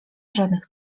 żadnych